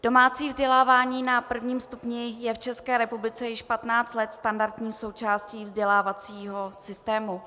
Domácí vzdělávání na prvním stupni je v České republice již patnáct let standardní součástí vzdělávacího systému.